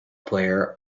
player